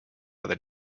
other